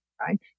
right